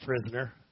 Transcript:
prisoner